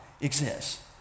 exists